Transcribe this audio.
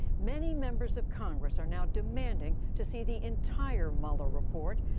many members of congress are now demanding to see the entire mueller report.